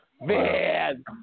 man